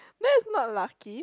that is not lucky